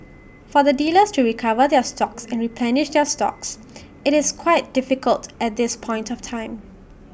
for the dealers to recover their stocks and replenish their stocks IT is quite difficult at this point of time